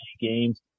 games